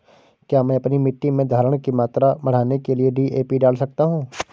क्या मैं अपनी मिट्टी में धारण की मात्रा बढ़ाने के लिए डी.ए.पी डाल सकता हूँ?